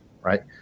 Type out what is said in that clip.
right